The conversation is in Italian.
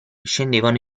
scendevano